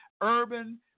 Urban